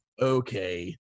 okay